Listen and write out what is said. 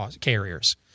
carriers